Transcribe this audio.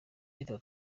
gito